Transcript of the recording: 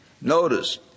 Notice